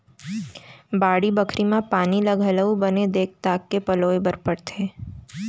बाड़ी बखरी म पानी ल घलौ बने देख ताक के पलोय बर परथे